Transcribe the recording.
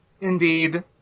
Indeed